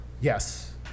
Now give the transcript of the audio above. Yes